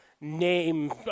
name